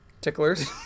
ticklers